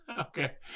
Okay